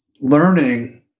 learning